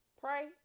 Pray